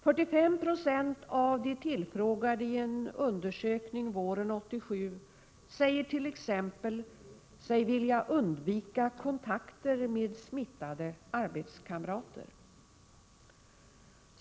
45 90 av de tillfrågade i en undersökning våren 1987 säger sigt.ex. vilja undvika kontakter med smittade arbetskamrater.